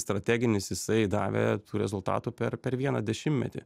strateginis jisai davė rezultatų per per vieną dešimtmetį